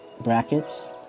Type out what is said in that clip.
brackets